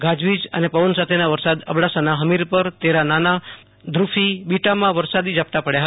ગાજવીજ અને પવન સાથે વરસાદ અબડાસાના હમીરપર તેરા નાના મોટી ધુફી બીટામાં વરસાદી ઝાપટા પડયા